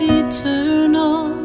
eternal